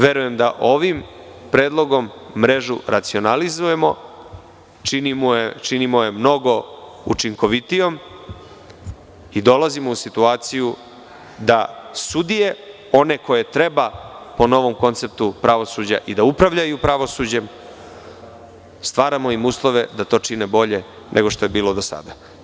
Verujem da ovim predlogom mrežu racionalizujemo, činimo je mnogo učinkovitijom i dolazimo u situaciju da sudije, one koje treba po novom konceptu pravosuđa i da upravljaju pravosuđem, stvaramo im uslove da to čine bolje nego što je to bilo do sada.